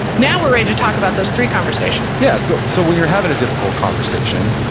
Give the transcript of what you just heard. now we're ready to talk about those three conversations yeah so so when you're having a difficult conversation,